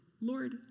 Lord